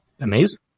Amazing